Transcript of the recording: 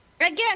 Again